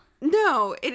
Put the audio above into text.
No